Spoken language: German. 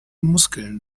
muskeln